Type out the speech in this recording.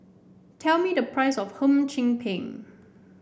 tell me the price of Hum Chim Peng